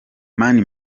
mani